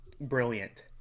brilliant